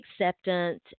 acceptance